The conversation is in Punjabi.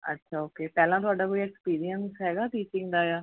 ਅੱਛਾ ਓਕੇ ਪਹਿਲਾਂ ਤੁਹਾਡਾ ਕੋਈ ਐਕਸਪੀਰੀਐਂਸ ਹੈਗਾ ਟੀਚਿੰਗ ਦਾ ਜਾਂ